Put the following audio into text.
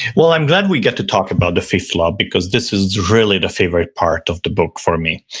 well i'm glad we get to talk about the fifth law because this is really the favorite part of the book for me,